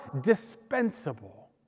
dispensable